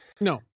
No